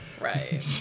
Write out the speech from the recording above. Right